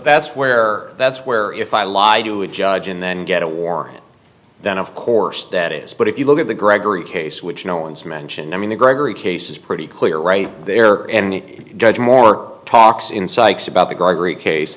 that's where that's where if i lied to a judge and then get a warrant then of course that is but if you look at the gregory case which no one's mentioned i mean the gregory case is pretty clear right there any judge moore talks insights about the gregory case